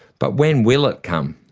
but when will it come?